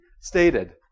stated